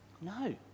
no